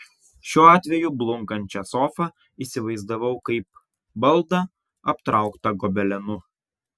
šiuo atveju blunkančią sofą įsivaizdavau kaip baldą aptrauktą gobelenu